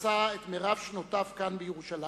עשה את רוב שנותיו בירושלים,